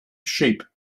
sheep